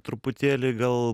truputėlį gal